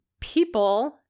people